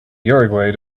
uruguay